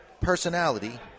personality